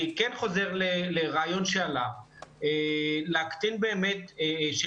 אני כן חוזר לרעיון שעלה ולפיו א',